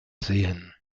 sehen